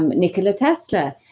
and nikola tesla,